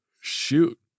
Shoot